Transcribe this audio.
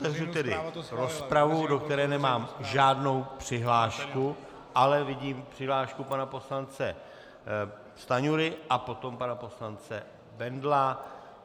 Otevřu tedy rozpravu, do které nemám žádnou přihlášku, ale vidím přihlášku pana poslance Stanjury a potom pana poslance Bendla.